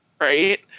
right